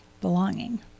belonging